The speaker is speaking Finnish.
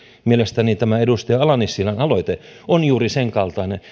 mielestäni tämä edustaja ala nissilän aloite on juuri sen kaltainen